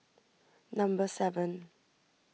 number seven